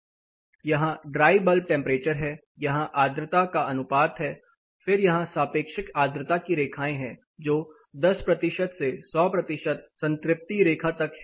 यहां dry bulb temperature है यहां आर्द्रता का अनुपात है फिर यहां सापेक्षिक आद्रता की रेखाएं हैं जो 10 से 100 संतृप्ति रेखा तक है